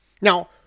Now